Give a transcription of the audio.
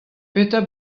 petra